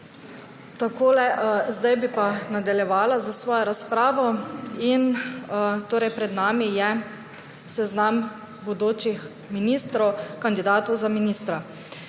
Zdaj bi pa nadaljevala s svojo razpravo. Pred nami je seznam bodočih ministrov, kandidatov za ministre.